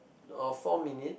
or four minutes